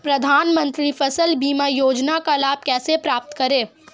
प्रधानमंत्री फसल बीमा योजना का लाभ कैसे प्राप्त करें?